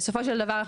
בסופו של דבר,